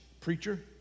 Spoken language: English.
preacher